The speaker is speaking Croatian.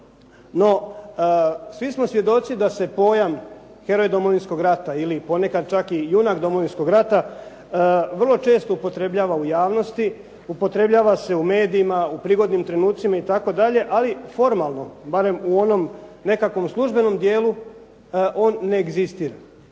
No, svi smo svjedoci da se pojam "heroj Domovinskog rata" ili ponekad čak i "junak Domovinskog rata" vrlo često upotrebljava u javnosti, upotrebljava se u medijima u prigodnim trenucima itd. ali formalno barem u onom nekakvom službenom dijelu on ne egzistira.